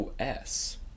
OS